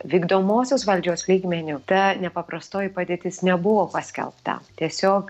vykdomosios valdžios lygmeniu ta nepaprastoji padėtis nebuvo paskelbta tiesiog